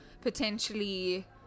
potentially